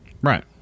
Right